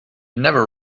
never